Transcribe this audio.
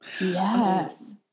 Yes